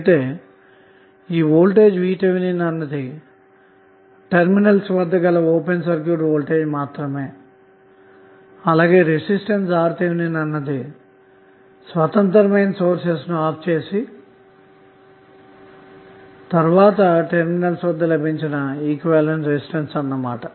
అయితే ఈ voltage VTh అన్నది టెర్మినల్స్ వద్ద గల ఓపెన్ సర్క్యూట్ వోల్టేజ్ మాత్రమే అలాగే రెసిస్టెన్స్ RTh అన్నది స్వతంత్ర మైన సోర్సెస్ ను ఆఫ్ వేసిన తరువాత టెర్మినల్స్ వద్ద లభించిన ఈక్వివలెంట్ రెసిస్టెన్స్ అన్నమాట